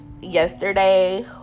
yesterday